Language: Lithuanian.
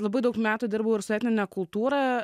labai daug metų dirbau ir su etnine kultūra